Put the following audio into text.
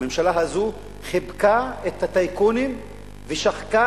הממשלה הזאת חיבקה את הטייקונים ושחקה